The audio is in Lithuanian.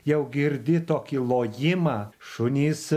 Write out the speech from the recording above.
jau girdi tokį lojimą šunys